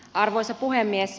arvoisa puhemies